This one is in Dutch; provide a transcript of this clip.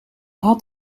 had